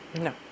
No